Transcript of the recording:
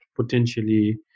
potentially